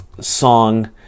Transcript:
song